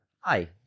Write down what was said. Hi